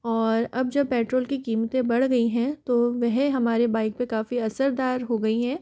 और अब जब पेट्रोल की कीमते बढ़ गईं हैं तो वह हमारे बाइक पे काफ़ी असरदार हो गईं हैं